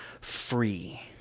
free